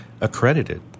accredited